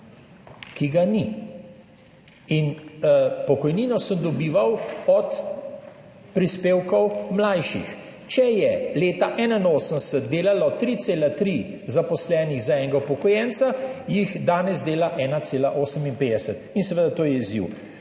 ki ga ni in pokojnino sem dobival od prispevkov mlajših. Če je leta 1981 delalo 3,3 zaposlenih za enega upokojenca, jih danes dela 1,58 in seveda to je izziv.